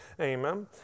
Amen